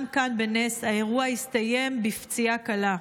גם כאן, בנס, האירוע הסתיים בפציעה קלה.